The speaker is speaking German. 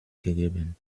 gegeben